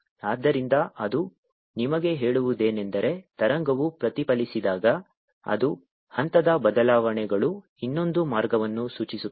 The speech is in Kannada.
ಆದ್ದರಿಂದ ಅದು ನಿಮಗೆ ಹೇಳುವುದೇನೆಂದರೆ ತರಂಗವು ಪ್ರತಿಫಲಿಸಿದಾಗ ಅದು ಹಂತದ ಬದಲಾವಣೆಗಳು ಇನ್ನೊಂದು ಮಾರ್ಗವನ್ನು ಸೂಚಿಸುತ್ತವೆ